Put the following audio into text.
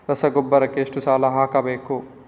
ರಸಗೊಬ್ಬರ ಎಷ್ಟು ಸಲ ಹಾಕಬೇಕು?